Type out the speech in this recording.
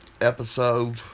episode